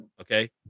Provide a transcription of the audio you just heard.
Okay